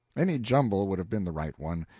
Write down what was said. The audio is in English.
any jumble would have been the right one.